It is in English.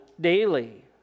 daily